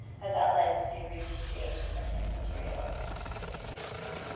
has that led to repatriation of any materials back to the communities?